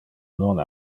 non